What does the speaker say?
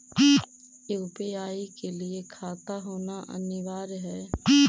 UPI के लिए खाता होना अनिवार्य है?